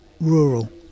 rural